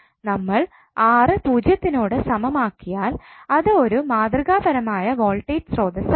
നമ്മൾ R പൂജ്യത്തിനോട് സമം ആക്കിയാൽ അത് ഒരു മാതൃകാപരമായ വോൾട്ടേജ് സ്രോതസ്സ് ആകും